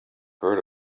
heard